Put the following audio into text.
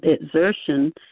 exertion